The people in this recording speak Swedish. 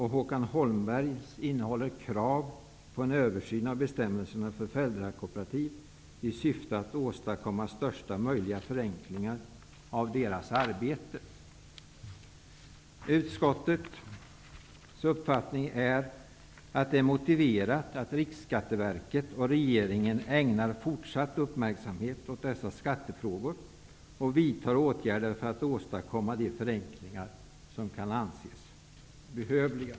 Håkan Holmbergs motion innehåller krav på en översyn av bestämmelserna för föräldrakooperativ i syfte att åstadkomma största möjliga förenklingar i deras arbete. Utskottets uppfattning är att det är motiverat att Riksskatteverket och regeringen ägnar fortsatt uppmärksamhet åt dessa skattefrågor och vidtar åtgärder för att åstadkomma de förenklingar som kan anses behövliga.